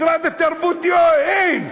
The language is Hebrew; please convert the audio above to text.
ומשרד התרבות, אין.